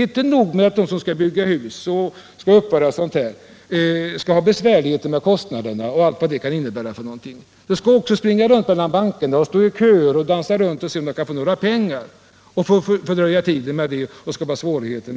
är inte nog med att de som skall bygga hus skall ha besvärligheter med kostnaderna med allt vad detta kan innebära. De skall också springa runt mellan bankerna och stå i köer för att se om det går att få fram några pengar. Det skapar svårigheter och fördröjer tiden.